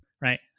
Right